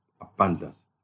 abundance